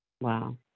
Wow